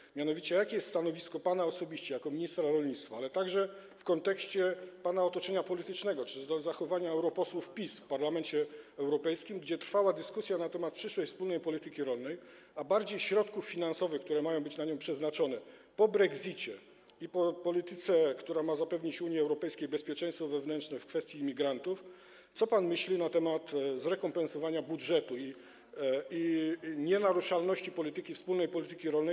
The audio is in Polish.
Jakie mianowicie jest stanowisko osobiste pana jako ministra rolnictwa, ale także w kontekście pana otoczenia politycznego czy zachowania europosłów PiS w Parlamencie Europejskim, gdzie trwała dyskusja na temat przyszłej wspólnej polityki rolnej czy bardziej środków finansowych, które mają być na nią przeznaczone po Brexicie i po przyjęciu polityki, która ma zapewnić Unii Europejskiej bezpieczeństwo wewnętrzne w kwestii migrantów, co pan myśli na temat zrekompensowania budżetu i nienaruszalności wspólnej polityki rolnej?